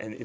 and in